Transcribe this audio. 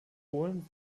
polen